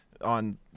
on